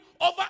over